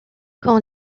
quand